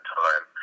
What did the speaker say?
time